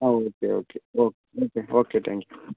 ആ okay okay oh okay okay thank U